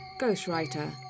Ghostwriter